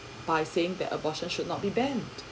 by saying that abortion should not be banned